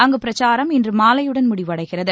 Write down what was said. அங்கு பிரச்சாரம் இன்று மாலையுடன் முடிவடைகிறது